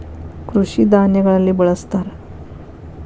ಕೃಷಿ ಧಾನ್ಯಗಳಲ್ಲಿ ಬಳ್ಸತಾರ